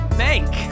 bank